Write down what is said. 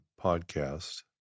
podcast